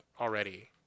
already